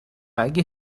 اگه